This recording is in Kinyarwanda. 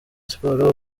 sports